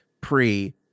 pre